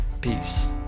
Peace